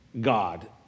God